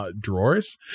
drawers